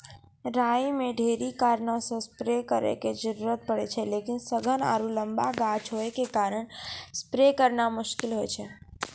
राई मे ढेरी कारणों से स्प्रे करे के जरूरत पड़े छै लेकिन सघन आरु लम्बा गाछ होय के कारण स्प्रे करना मुश्किल होय छै?